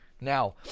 Now